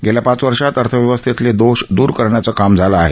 गेल्या पाच वर्षात अर्थव्यवस्थेतले दोष दूर करण्याचं काम झालं आहे